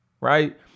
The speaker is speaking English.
right